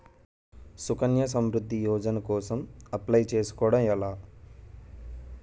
సుకన్య సమృద్ధి యోజన కోసం అప్లయ్ చేసుకోవడం ఎలా?